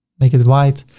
make it white,